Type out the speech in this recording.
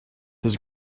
his